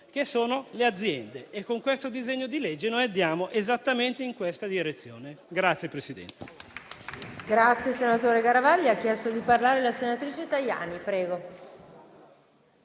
che sono le aziende. E con questo disegno di legge noi andiamo esattamente in questa direzione.